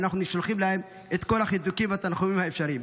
ואנחנו שולחים להם את כל החיזוקים והתנחומים האפשריים.